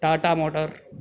Tata motor